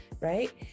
right